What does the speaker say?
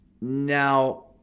Now